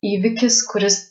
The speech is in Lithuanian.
įvykis kuris